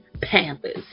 Panthers